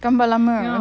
gambar lama